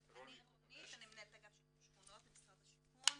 אני מנהלת אגף שיקום שכונות במשרד השיכון.